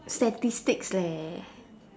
statistics leh